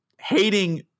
hating